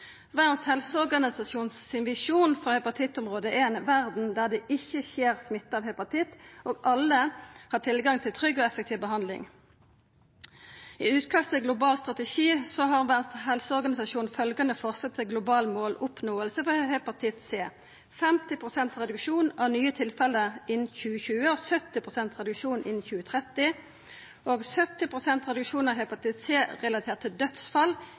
hepatittområdet er ei verd der det ikkje skjer smitte av hepatitt og alle har tilgang til trygg og effektiv behandling. I utkast til global strategi har Verdas helseorganisasjon følgjande forslag til global måloppnåelse for hepatitt C: 50 pst. reduksjon av nye tilfelle innan 2020 og 70 pst. reduksjon innan 2030 70 pst. reduksjon av hepatitt C-relaterte dødsfall